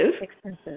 Expensive